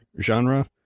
genre